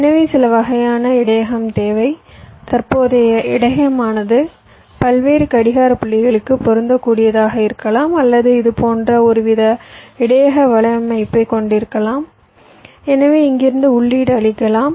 எனவே சில வகையான இடையகம் தேவை தற்போதைய இடையகமானது பல்வேறு கடிகார புள்ளிகளுக்கு பொருந்தக்கூடியதாக இருக்கலாம் அல்லது இதுபோன்ற ஒருவித இடையக வலையமைப்பை கொண்டிருக்கலாம் எனவே இங்கிருந்து உள்ளீடு அளிக்கலாம்